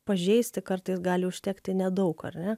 pažeisti kartais gali užtekti nedaug ar ne